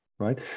right